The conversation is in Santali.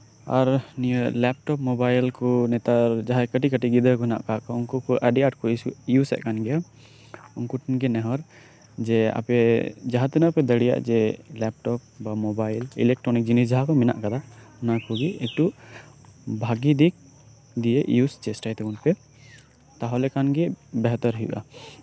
ᱟᱨ ᱱᱤᱭᱟᱹ ᱞᱮᱯᱴᱚᱯ ᱢᱚᱵᱟᱭᱤᱞᱠᱩ ᱱᱮᱛᱟᱨ ᱡᱟᱦᱟᱸᱭ ᱠᱟᱹᱴᱤᱡ ᱠᱟᱹᱴᱤᱡ ᱜᱤᱫᱟᱹᱨᱠᱩ ᱦᱮᱱᱟᱜ ᱟᱠᱟᱫᱠᱩ ᱩᱱᱠᱩ ᱠᱩ ᱟᱹᱰᱤ ᱟᱴᱠᱩ ᱤᱭᱩᱥᱮᱫ ᱠᱟᱱᱜᱮᱭᱟ ᱩᱱᱠᱩᱴᱷᱮᱱ ᱜᱮ ᱱᱮᱦᱚᱨ ᱡᱮ ᱟᱯᱮ ᱡᱟᱦᱟᱸ ᱛᱤᱱᱟᱹᱜ ᱯᱮ ᱫᱟᱲᱤᱭᱟᱜ ᱡᱮ ᱞᱮᱯᱴᱚᱯ ᱵᱟ ᱢᱚᱵᱟᱭᱤᱞ ᱤᱞᱮᱠᱴᱨᱚᱱᱚᱠ ᱡᱤᱱᱤᱥ ᱡᱟᱦᱟᱸᱠᱩ ᱢᱮᱱᱟᱜ ᱟᱠᱟᱫᱟ ᱚᱱᱟᱠᱩᱜᱤ ᱮᱠᱴᱩ ᱵᱷᱟᱜᱤᱫᱤᱠ ᱫᱤᱭᱮ ᱤᱭᱩᱥ ᱪᱮᱥᱴᱟᱭ ᱛᱟᱵᱩᱱ ᱯᱮ ᱛᱟᱦᱚᱞᱮ ᱠᱷᱟᱱᱜᱤ ᱵᱮᱦᱮᱛᱟᱨ ᱦᱩᱭᱩᱜ ᱟ